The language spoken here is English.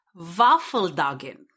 Waffeldagen